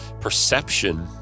perception